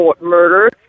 murder